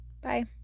Bye